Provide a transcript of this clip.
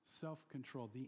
Self-control